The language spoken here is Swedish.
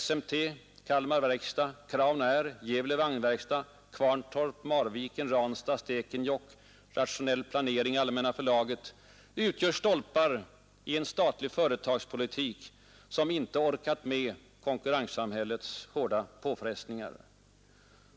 SMT, Kalmar verkstad, Crown Air, Gävle vagnverkstad, Kvarntorp, Marviken, Ranstad, Stekenjokk, Rationell planering och Allmänna förlaget utgör stolpar i en statlig företagspolitik som inte orkat med konkurrenssamhällets hårda påfrestningar.